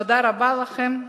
תודה רבה לכם.